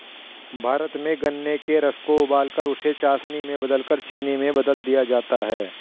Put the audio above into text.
भारत में गन्ने के रस को उबालकर उसे चासनी में बदलकर चीनी में बदल दिया जाता है